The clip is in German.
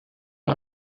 wir